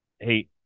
hey